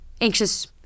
anxious